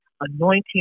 anointing